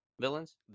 villains